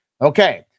Okay